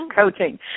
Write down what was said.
Coaching